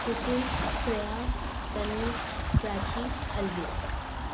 Kusum Shreya Tanu Prachi Alvira